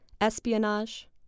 espionage